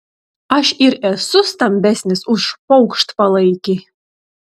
aš ir esu stambesnis už paukštpalaikį